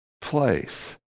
place